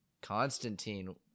Constantine